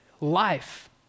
life